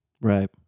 Right